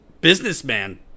businessman